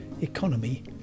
economy